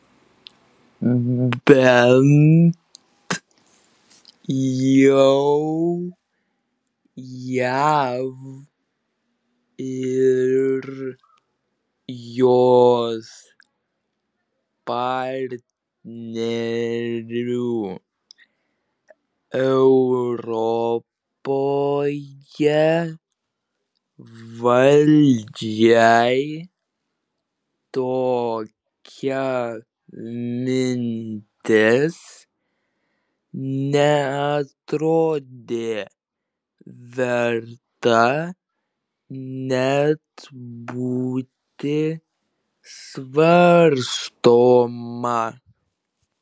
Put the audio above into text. bent jau jav ir jos partnerių europoje valdžiai tokia mintis neatrodė verta net būti svarstoma